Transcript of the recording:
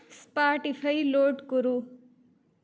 Spotify load कुरु